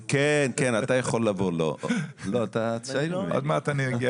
מה שמקבלים מרכזי היום אבל עדיין זה מפגש